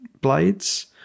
blades